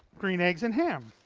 green eggs and ham.